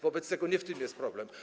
Wobec tego nie w tym jest problem.